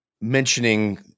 mentioning